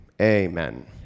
amen